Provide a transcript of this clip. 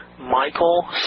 Michael